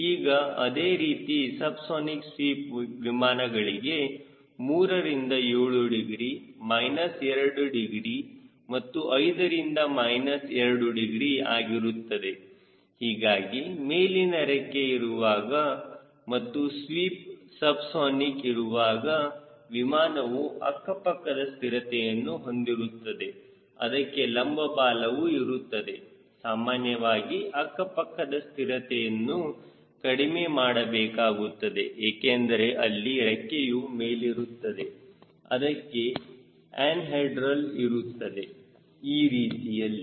ಈಗ ಅದೇ ರೀತಿ ಸಬ್ಸಾನಿಕ್ ಸ್ವೀಪ್ ವಿಮಾನಗಳಿಗೆ 3 ರಿಂದ 7 ಡಿಗ್ರಿ ಮೈನಸ್ 2 ಡಿಗ್ರಿ ಮತ್ತು 5 ರಿಂದ ಮೈನಸ್ 2 ಡಿಗ್ರಿ ಆಗಿರುತ್ತದೆ ಹೀಗಾಗಿ ಮೇಲಿನ ರೆಕ್ಕೆ ಇರುವಾಗ ಮತ್ತು ಸ್ವೀಪ್ ಸಬ್ಸಾನಿಕ್ ಇರುವಾಗ ವಿಮಾನವು ಅಕ್ಕಪಕ್ಕದ ಸ್ಥಿರತೆಯನ್ನು ಹೊಂದಿರುತ್ತದೆ ಅದಕ್ಕೆ ಲಂಬ ಬಾಲವು ಇರುತ್ತದೆ ಸಾಮಾನ್ಯವಾಗಿ ಅಕ್ಕ ಪಕ್ಕದ ಸ್ಥಿರತೆಯನ್ನು ಕಡಿಮೆ ಮಾಡಬೇಕಾಗುತ್ತದೆ ಏಕೆಂದರೆ ಅಲ್ಲಿ ರೆಕ್ಕೆಯು ಮೇಲಿರುತ್ತದೆ ಅದಕ್ಕೆ ಎನ್ಹೆಡ್ರಲ್ ಇರುತ್ತದೆ ಈ ರೀತಿಯಲ್ಲಿ